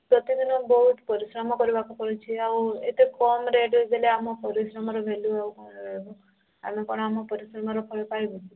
ପ୍ରତିଦିନ ବହୁତ ପରିଶ୍ରମ କରିବାକୁ ପଡ଼ୁଛି ଆଉ ଏତେ କମ୍ ରେଟ୍ରେ ଦେଲେ ଆମ ପରିଶ୍ରମର ଭେଲୁ ଆଉ କ'ଣ ରହିବ ଆମେ କ'ଣ ଆମ ପରିଶ୍ରମର ଫଳ ପାଇବୁନି କି